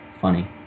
funny